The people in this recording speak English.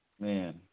Man